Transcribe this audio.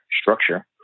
structure